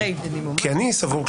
כי אני סבור,